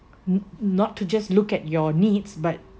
no~ not to just look at your needs but